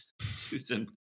Susan